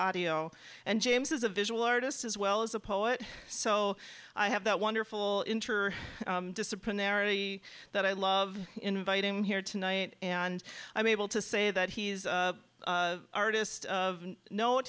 audio and james is a visual artist as well as a poet so i have that wonderful interest disciplinary that i love invite him here tonight and i'm able to say that he's artist of kno